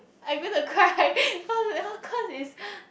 I'm going to cry cause cause it's